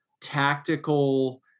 tactical